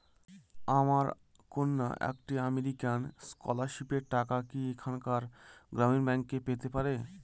আমার কন্যা একটি আমেরিকান স্কলারশিপের টাকা কি এখানকার গ্রামীণ ব্যাংকে পেতে পারে?